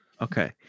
Okay